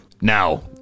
Now